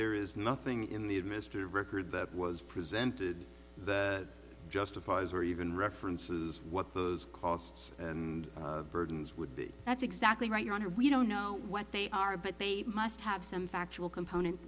there is nothing in the administrative record that was presented justifies or even references what those costs and burdens would be that's exactly right your honor we don't know what they are but they must have some factual component